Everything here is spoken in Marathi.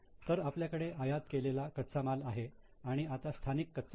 तर आपल्याकडे आयात केलेला कच्चा माल आहे आणि आता स्थानिक कच्चा माल